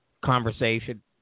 conversation